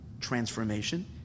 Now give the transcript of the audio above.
transformation